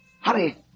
Hurry